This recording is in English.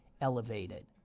elevated